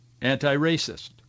anti-racist